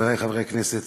חברי חברי הכנסת,